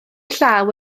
llaw